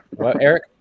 Eric